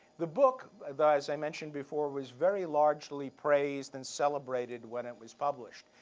the book, as i as i mentioned before, was very largely praised and celebrated when it was published.